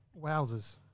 wowzers